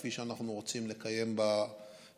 כפי שאנחנו רוצים לקיים במדינה.